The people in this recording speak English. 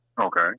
Okay